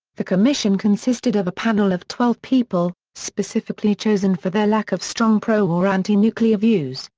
the commission consisted of a panel of twelve people, specifically chosen for their lack of strong pro or anti-nuclear views,